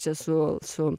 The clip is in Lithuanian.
čia su su